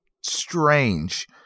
strange